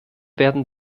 werden